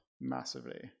massively